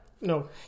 No